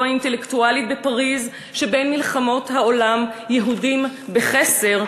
האינטלקטואלית בפריז שבין מלחמות העולם "יהודים בחסר",